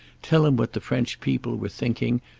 tell him what the french people were thinking,